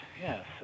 Yes